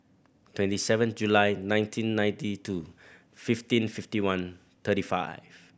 twenty seven July nineteen ninety two fifteen fifty one thirty five